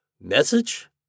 Message